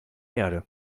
erde